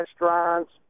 restaurants